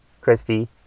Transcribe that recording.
Christy